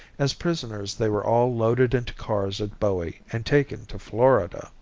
as prisoners they were all loaded into cars at bowie and taken to florida.